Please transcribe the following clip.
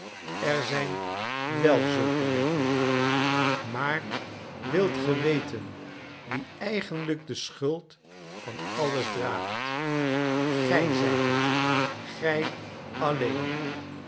er zijn wel zulke wetten maar wilt ge weten wie eigenlijk de schuld van alles draagt gij zijt het gij alleen